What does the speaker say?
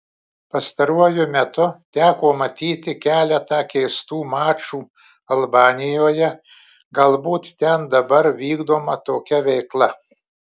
pastaruoju metu teko matyti keletą keistų mačų albanijoje galbūt ten dabar vykdoma tokia veikla